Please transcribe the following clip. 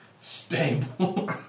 stable